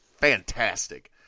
Fantastic